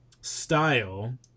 style